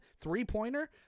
three-pointer